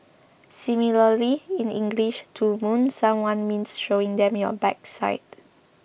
similarly in English to moon someone means showing them your backside